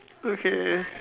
okay